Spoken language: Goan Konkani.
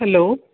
हॅलो